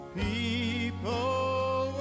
people